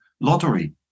lottery